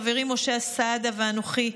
חברי משה סעדה ואנוכי,